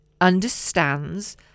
understands